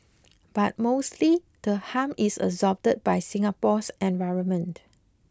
but mostly the harm is absorbed by Singapore's environment